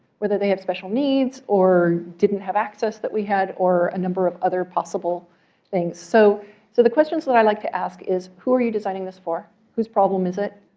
whether they have special needs or didn't have access that we had or a number of other possible things. so so the questions that i like to ask is who are you designing this for? whose problem is it?